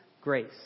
grace